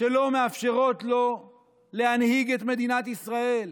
שלא מאפשרות לו להנהיג את מדינת ישראל,